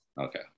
Okay